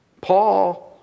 Paul